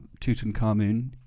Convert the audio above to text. Tutankhamun